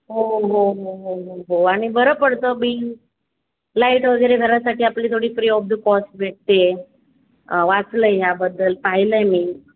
हो हो हो हो हो आणि बरं पडतं बिल लाइट वगैरे घरासाठी आपली थोडी फ्री ऑफ द कॉस्ट भेटते वाचलं ह्याबद्दल पाहिलं आहे मी